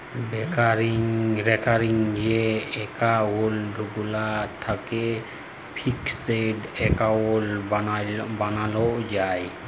recurring যে account গুলান থ্যাকে ফিকসেড এক্কাউল্ট বালালো যায়